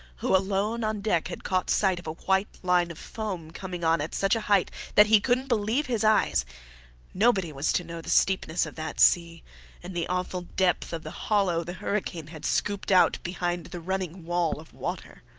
who alone on deck had caught sight of a white line of foam coming on at such a height that he couldnt believe his eyes nobody was to know the steepness of that sea and the awful depth of the hollow the hurricane had scooped out behind the running wall of water.